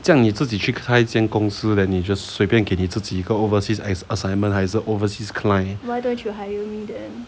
这样你自己去开一间公司 then 你就随便给你自己几个 overseas assignment 还是 overseas client